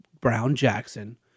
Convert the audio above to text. Brown-Jackson